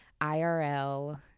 IRL